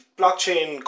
blockchain